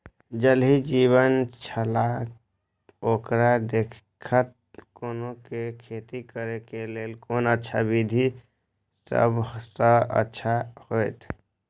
ज़ल ही जीवन छलाह ओकरा देखैत कोना के खेती करे के लेल कोन अच्छा विधि सबसँ अच्छा होयत?